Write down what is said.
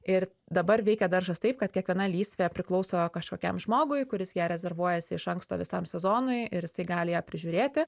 ir dabar veikia daržas taip kad kiekviena lysvė priklauso kažkokiam žmogui kuris ją rezervuojasi iš anksto visam sezonui ir jisai gali ją prižiūrėti